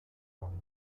worden